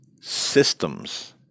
systems